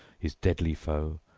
his deadly foe,